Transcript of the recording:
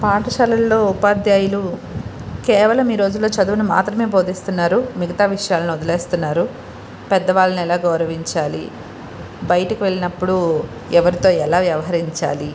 పాఠశాలల్లో ఉపాధ్యాయులు కేవలం ఈ రోజుల్లో చదువును మాత్రమే బోధిస్తున్నారు మిగతా విషయాలని వదిలేస్తున్నారు పెద్దవాళ్ళని ఎలా గౌరవించాలి బయటకి వెళ్ళినపుడు ఎవరితో ఎలా వ్యవహరించాలి